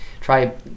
try